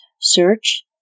search